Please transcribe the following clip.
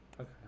Okay